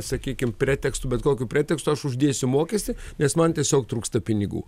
sakykim pretekstu bet kokiu pretekstu aš uždėsiu mokestį nes man tiesiog trūksta pinigų